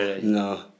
No